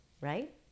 right